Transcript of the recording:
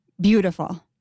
beautiful